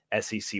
sec